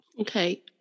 Okay